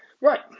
Right